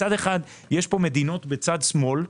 מצד אחד יש פה מדינות בצד שמאל,